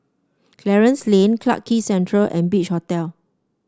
Clarence Lane Clarke Quay Central and Beach Hotel